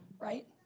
right